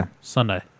Sunday